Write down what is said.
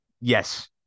yes